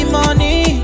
money